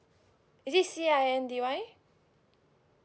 is it C I N D Y